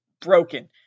broken